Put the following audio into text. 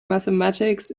mathematics